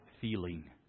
feeling